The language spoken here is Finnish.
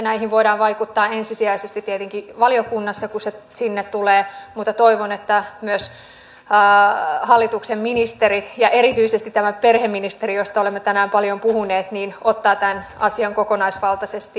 näihin voidaan vaikuttaa ensisijaisesti tietenkin valiokunnassa kun tämä sinne tulee mutta toivon että myös hallituksen ministerit ja erityisesti tämä perheministeri josta olemme tänään paljon puhuneet ottavat tämän asian kokonaisvaltaisesti